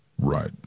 Right